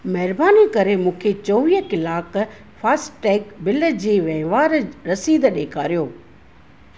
महिरबानी करे मूंखे चौवीह कलाकु फ़ास्टैग बिल जी वहिंवार रसीद ॾेखारियो